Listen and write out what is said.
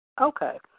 Okay